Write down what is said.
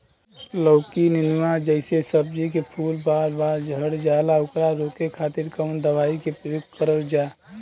लौकी नेनुआ जैसे सब्जी के फूल बार बार झड़जाला ओकरा रोके खातीर कवन दवाई के प्रयोग करल जा?